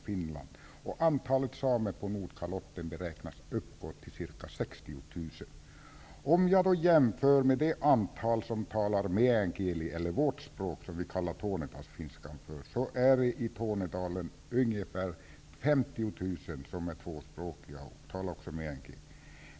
Antalet samer på Nordkalotten beräknas uppgå till ca 60 000. Om vi då jämför med det antal som talar ''Meän kieli'', eller ''vårt språk som vi kallar tornedalsfinskan för, är det ungefär 50 000 som är tvåspråkiga i Tornedalen.